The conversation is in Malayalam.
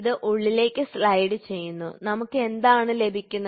ഇത് ഉള്ളിലേക്ക് സ്ലൈഡുചെയ്യുന്നു നമുക്ക് എന്താണ് ലഭിക്കുന്നത്